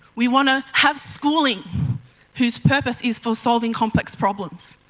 we want to have schooling whose purpose is for solving complex problems,